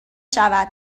شود